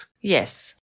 Yes